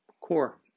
core